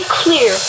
clear